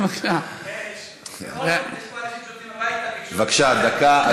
אורן, יש פה אנשים שרוצים הביתה, קצר, קצר, דקה.